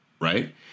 right